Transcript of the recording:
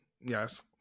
Yes